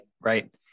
right